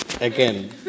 again